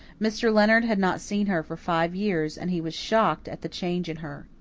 mr. leonard had not seen her for five years, and he was shocked at the change in her.